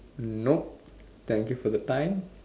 nope thank you for the time